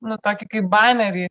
nu tokį kaip banerį